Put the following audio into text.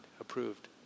approved